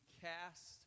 cast